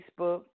Facebook